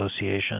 Association